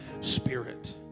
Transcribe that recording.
spirit